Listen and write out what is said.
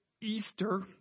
Easter